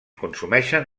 consumeixen